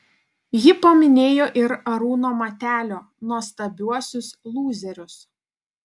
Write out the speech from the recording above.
ji paminėjo ir arūno matelio nuostabiuosius lūzerius